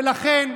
ולכן,